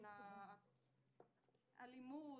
הלימוד.